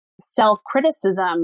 self-criticism